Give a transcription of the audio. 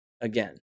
Again